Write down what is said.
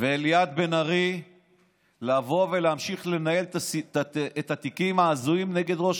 ולליאת בן-ארי להמשיך לנהל את התיקים ההזויים נגד ראש